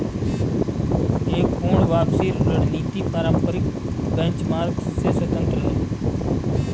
एक पूर्ण वापसी रणनीति पारंपरिक बेंचमार्क से स्वतंत्र हैं